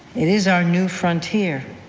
it is our new frontier,